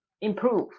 improve